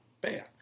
bam